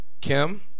Kim